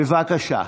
בבקשה.